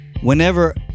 whenever